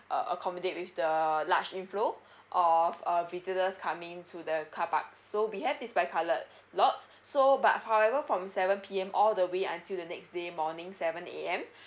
uh accommodate with the large inflow of uh visitors coming to the carpark so we have this bi coloured lots so but however from seven P_M all the way until the next day morning seven A_M